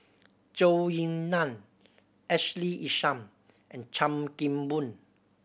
Zhou Ying Nan Ashley Isham and Chan Kim Boon